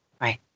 Right